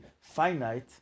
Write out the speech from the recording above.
finite